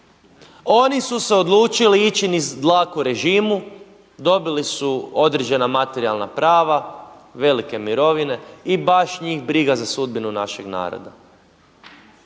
Oni su se odlučili ići niz dlaku režimu, dobili su određena materijalna prava, velike mirovine i baš njih briga za sudbinu našeg naroda.